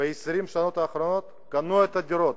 שעלו ב-20 השנה האחרונות קנו דירות,